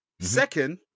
Second